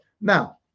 Now